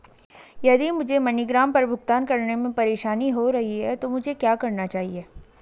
यदि मुझे मनीग्राम पर भुगतान करने में परेशानी हो रही है तो मुझे क्या करना चाहिए?